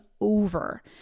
over